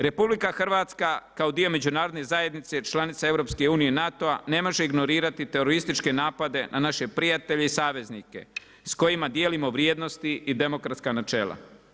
RH kao dio međunarodne zajednice, članice EU, NATO-a, ne može ignorirati terorističke napade na naše prijatelje i saveznike s kojima dijelimo vrijednosti i demokratska načela.